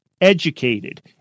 educated